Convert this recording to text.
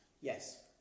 Yes